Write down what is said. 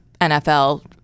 NFL